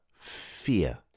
fear